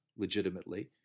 legitimately